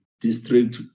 district